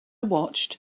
watched